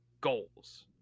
goals